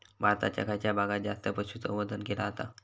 भारताच्या खयच्या भागात जास्त पशुसंवर्धन केला जाता?